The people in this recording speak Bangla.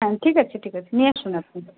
হ্যাঁ ঠিক আছে ঠিক আছে নিয়ে আসুন আপনি